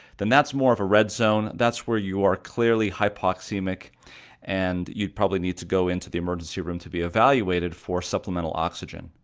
then that's more of a red zone. that's where you are clearly hypoxemic and you'd probably need to go into the emergency room to be evaluated for supplemental oxygen.